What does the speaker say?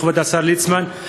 כבוד השר ליצמן,